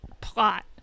plot